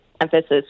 emphasis